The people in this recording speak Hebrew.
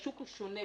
והשוק הוא שונה,